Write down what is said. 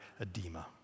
edema